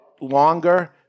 longer